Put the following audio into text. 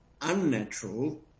unnatural